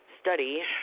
Study